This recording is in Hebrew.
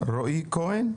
רועי כהן,